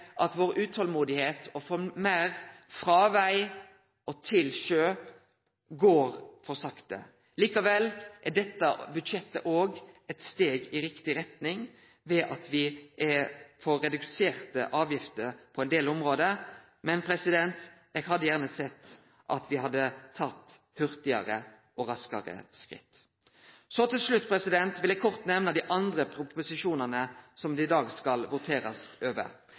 å få meir frå veg til sjø – det går for sakte. Likevel er dette budsjettet eit steg i riktig retning ved at me får reduserte avgifter på ein del område. Men eg hadde gjerne sett at me hadde teke raskare skritt. Til slutt vil eg kort nemne dei andre proposisjonane som det i dag skal voterast over.